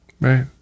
right